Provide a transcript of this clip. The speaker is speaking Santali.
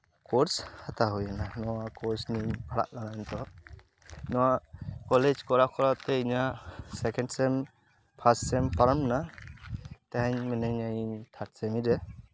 ᱠᱳᱨᱥ ᱦᱟᱛᱟᱣ ᱦᱩᱭᱱᱟ ᱱᱚᱣᱟ ᱠᱳᱨᱥ ᱱᱤᱭᱮᱧ ᱯᱟᱲᱦᱟᱜ ᱠᱟᱱᱟ ᱱᱤᱛᱚᱜ ᱱᱚᱣᱟ ᱠᱚᱞᱮᱡᱽ ᱠᱚᱨᱟᱣ ᱠᱚᱨᱟᱣ ᱛᱮ ᱤᱧᱟᱹᱜ ᱥᱮᱠᱮᱱᱰ ᱥᱮᱢ ᱯᱷᱟᱥᱴ ᱥᱮᱢ ᱯᱟᱨᱚᱢᱱᱟ ᱛᱮᱦᱮᱧ ᱢᱤᱱᱟᱹᱧᱟ ᱤᱧ ᱛᱷᱟᱨᱰ ᱥᱮᱢ ᱨᱮ